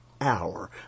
hour